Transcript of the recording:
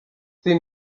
sin